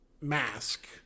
mask